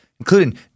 including